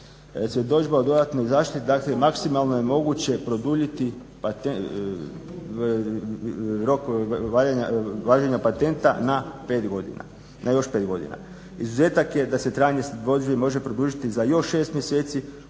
Svjedodžba o dodatnoj zaštiti dakle maksimalno je produljiti rok valjanja patenta na još 5 godina. Izuzetak je da se trajanje svjedodžbi može produžiti za još 6 mjeseci